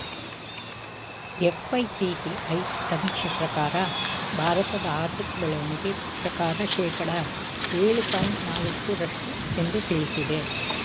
FICCI ಸಮೀಕ್ಷೆ ಪ್ರಕಾರ ಭಾರತದ ಆರ್ಥಿಕ ಬೆಳವಣಿಗೆ ಪ್ರಕಾರ ಶೇಕಡ ಏಳು ಪಾಯಿಂಟ್ ನಾಲಕ್ಕು ರಷ್ಟು ಎಂದು ತಿಳಿಸಿದೆ